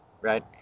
right